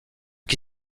qui